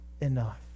enough